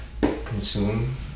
consume